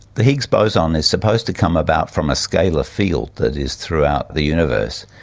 the higgs boson is supposed to come about from a scalar field that is throughout the universe.